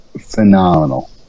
phenomenal